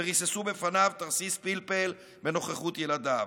וריססו בפניו תרסיס פלפל בנוכחות ילדיו,